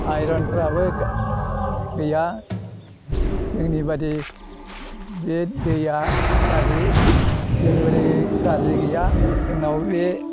आइरनफ्राबो गैया जोंनि बादि बे दैआ गाज्रि जोंनिबादि गाज्रि गैया जोंनाव बे